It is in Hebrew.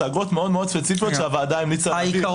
זה אגרות ספציפיות מאוד שהוועדה המליצה להביא.